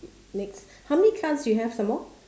next how many cards do you have some more